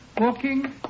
walking